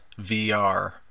VR